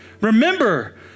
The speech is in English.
Remember